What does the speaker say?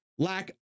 Lack